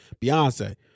Beyonce